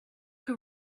que